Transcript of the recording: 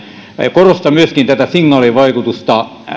korostan myöskin signaalivaikutusta